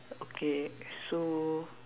okay so